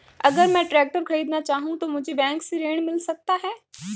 अगर मैं ट्रैक्टर खरीदना चाहूं तो मुझे बैंक से ऋण मिल सकता है?